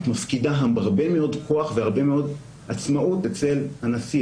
מפקידה הרבה מאוד כוח והרבה מאוד עצמאות אצל הנשיא,